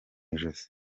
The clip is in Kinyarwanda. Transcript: ijosi